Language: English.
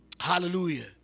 Hallelujah